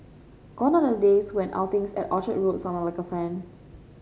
gone are the days when outings at Orchard Road sounded like a fan